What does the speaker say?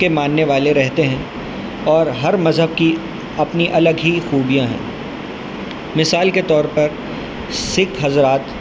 کے ماننے والے رہتے ہیں اور ہر مذہب کی اپنی الگ ہی خوبیاں ہیں مثال کے طور پر سکھ حضرات